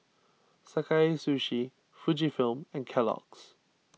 Sakae Sushi Fujifilm and Kellogg's